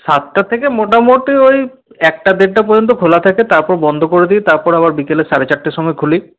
সাতটা থেকে মোটামুটি ওই একটা দেড়টা পর্যন্ত খোলা থাকে তারপর বন্ধ করে দিই তারপর আবার বিকেলে সাড়ে চারটের সময় খুলি